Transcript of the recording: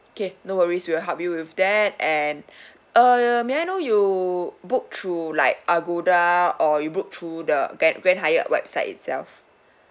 okay no worries we'll help you with that and uh may I know you book through like Agoda or you book through the that grand Hyatt website itself